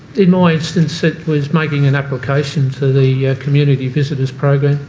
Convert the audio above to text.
in my instance, it was making an application to the community visitors program,